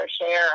share